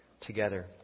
together